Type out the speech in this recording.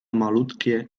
malutkie